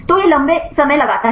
तो यह लंबे समय लगता है